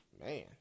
man